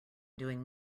doing